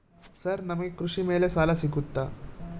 Sir ನಮಗೆ ಕೃಷಿ ಮೇಲೆ ಸಾಲ ಸಿಗುತ್ತಾ?